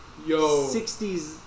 60s